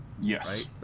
Yes